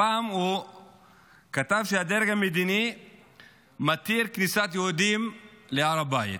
הפעם הוא כתב שהדרג המדיני מתיר כניסת יהודים להר הבית.